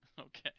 Okay